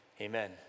amen